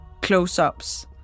close-ups